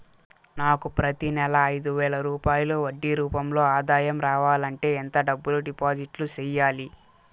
నాకు ప్రతి నెల ఐదు వేల రూపాయలు వడ్డీ రూపం లో ఆదాయం రావాలంటే ఎంత డబ్బులు డిపాజిట్లు సెయ్యాలి?